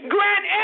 Grant